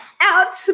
out